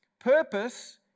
Purpose